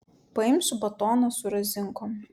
paimsiu batoną su razinkom